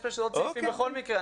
יש עוד סעיפים בכל מקרה,